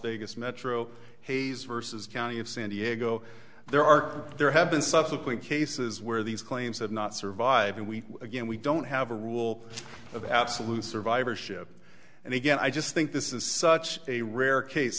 vegas metro hayes versus county of san diego there are there have been subsequent cases where these claims have not survive and we again we don't have a rule of absolute survivorship and again i just think this is such a rare case